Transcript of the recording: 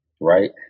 right